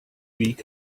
week